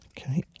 Okay